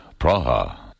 Praha